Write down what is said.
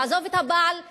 לעזוב את הבעל שלהן,